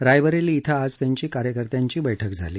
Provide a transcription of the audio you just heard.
रायबरेली इथं आज त्यांची कार्यकर्ता बैठक झाली